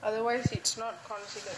otherwise it's not considered